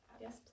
Yes